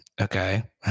okay